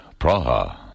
Praha